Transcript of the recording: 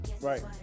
Right